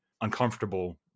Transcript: uncomfortable